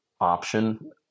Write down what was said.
option